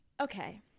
Okay